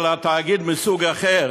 אבל על תאגיד מסוג אחר,